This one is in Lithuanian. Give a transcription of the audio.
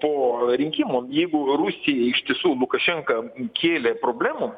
po rinkimų jeigu rusijai iš tiesų lukašenka kėlė problemų